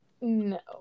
No